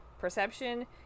perception